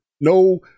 no